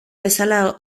bezala